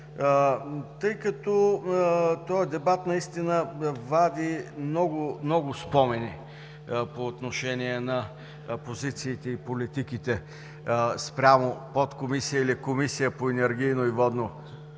Тъй като този дебат наистина вади много спомени по отношение на позициите и политиките спрямо подкомисия или Комисия по енергийно и водно